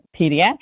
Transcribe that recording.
pediatric